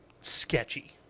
sketchy